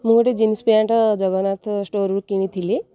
ମୁଁ ଗୋଟେ jeans pant Jagannath ଷ୍ଟୋରରୁ କିଣିଥିଲି